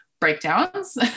breakdowns